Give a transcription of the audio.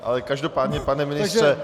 Ale každopádně pane ministře...